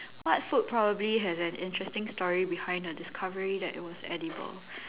what food probably has an interesting story behind the discovery that it was edible